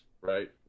right